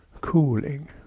cooling